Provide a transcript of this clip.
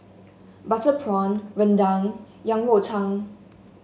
Butter Prawn rendang Yang Rou Tang